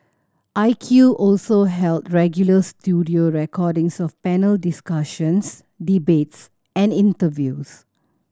I Q also held regular studio recordings of panel discussions debates and interviews